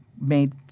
made